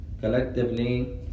collectively